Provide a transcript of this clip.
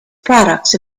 products